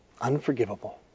Unforgivable